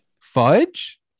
Fudge